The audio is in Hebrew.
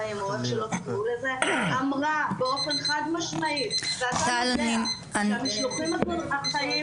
אמרה באופן חד משמעי, ואתה יודע שהמשלוחים החיים